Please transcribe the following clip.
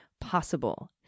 possible